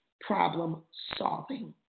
problem-solving